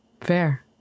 Fair